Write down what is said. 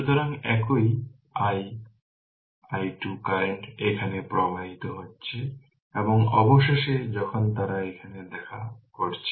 সুতরাং একই i একই i2 কারেন্ট এখানে প্রবাহিত হচ্ছে এবং অবশেষে যখন তারা এখানে দেখা করছে